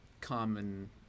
common